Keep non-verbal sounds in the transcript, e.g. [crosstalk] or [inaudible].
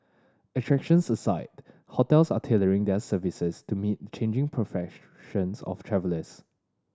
attractions aside hotels are tailoring their services to meet changing [unintelligible] of travellers